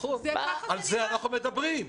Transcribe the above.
נכון, על זה אנחנו מדברים.